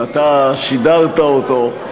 ואתה שידרת אותו.